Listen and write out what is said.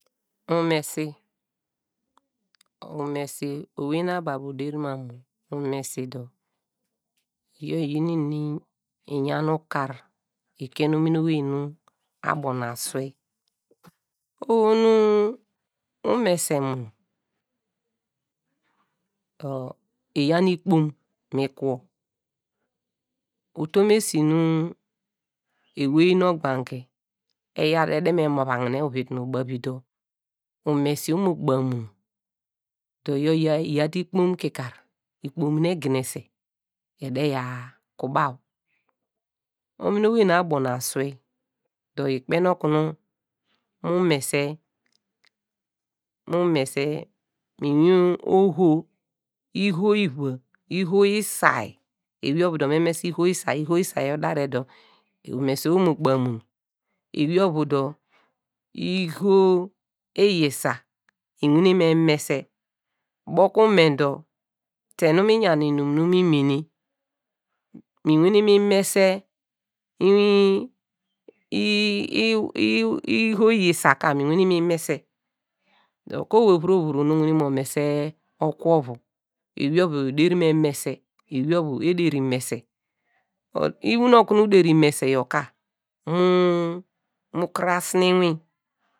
Umesi, umesi owey nu abo abo oderi mam mu, umesi dor iyor iyin inum nu iyan nu ukar okie nu omini owey me abo mi aswei oho nu umese mu nu dor iyaw nu ikpom mi kwo utom esi nu ewey nu ogbange edo me mava gne uviti nu ubavi dor, umesi omo ku baw mu nu dor iyor iyaw te ikpon kikar, ikpom nu eginese ede ya ku baw, omini owey nu abo nu aswei dor ikpen okunu mu mese, mu mese inwin oho, iho- iva iho- iva, ewey ovu dor mese iho- isay, iho- isay yor kpei odare kpe dor umesi omo ku baw mu nu ewey ovu du iho iyisa ewane me mese, ubo ku me dor te mi mi yan inum nu mi mene mi wana mi mese inwin iho iyisa ka mi wane mi mese dor ku owey vuro vuro nu owane mo mese oku ovu, ewey ovu ederi me mese, ewey ovu ederi mese, dor okunu uderi mese yor ka, hmn mu krasine inwin